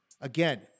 Again